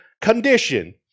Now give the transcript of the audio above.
condition